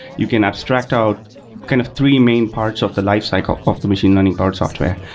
you can abstract out kind of three main parts of the lifecycle of the machine learning powered software.